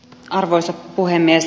arvoisa puhemies